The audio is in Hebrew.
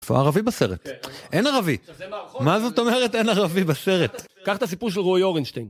איפה הערבי בסרט? אין ערבי. מה זאת אומרת אין ערבי בסרט? קח את הסיפור של רועי אורינשטיין.